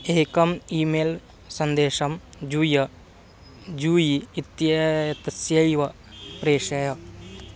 एकम् email सन्देशं जूय जूयी इत्येतस्यै प्रेषय